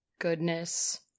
Goodness